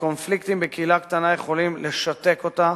שקונפליקטים בקהילה קטנה יכולים לשתק אותה,